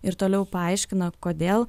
ir toliau paaiškina kodėl